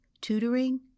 tutoring